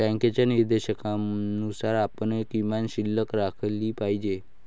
बँकेच्या निर्देशानुसार आपण किमान शिल्लक राखली पाहिजे